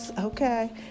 Okay